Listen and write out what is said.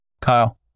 Kyle